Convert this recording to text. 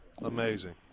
amazing